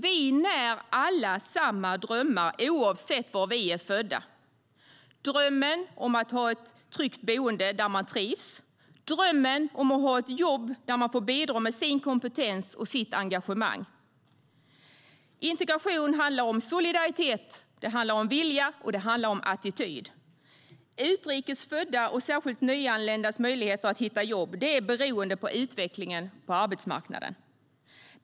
Vi när alla samma drömmar oavsett var vi är födda - drömmen om att ha ett tryggt boende där man trivs och drömmen om att ha ett jobb där man får bidra med sin kompetens och sitt engagemang. Integration handlar om solidaritet, vilja och attityd. Möjligheterna för utrikes födda, och särskilt nyanlända, att hitta jobb beror på utvecklingen på arbetsmarknaden.